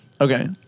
Okay